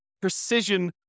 precision